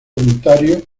ontario